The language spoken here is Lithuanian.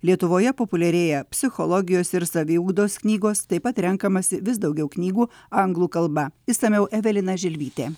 lietuvoje populiarėja psichologijos ir saviugdos knygos taip pat renkamasi vis daugiau knygų anglų kalba išsamiau evelina želvytė